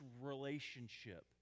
relationship